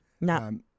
No